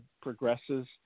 progresses